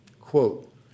Quote